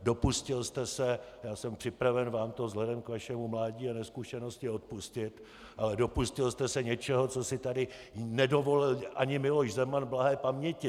Dopustil jste se, já jsem připraven vám to vzhledem k vašemu mládí a nezkušenosti odpustit, ale dopustil jste se něčeho, co si tady nedovolil ani Miloš Zeman blahé paměti!